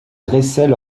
dressaient